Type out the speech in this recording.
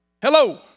Hello